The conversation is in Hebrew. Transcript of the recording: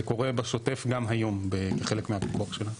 זה קורה בשוטף גם היום בחלק מהפיקוח שלנו.